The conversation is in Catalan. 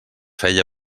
feia